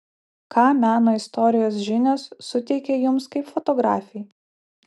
ką meno istorijos žinios suteikia jums kaip fotografei